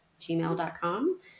gmail.com